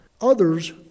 others